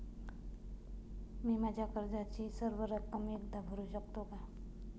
मी माझ्या कर्जाची सर्व रक्कम एकदा भरू शकतो का?